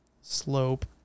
slope